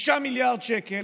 6 מיליארד שקל,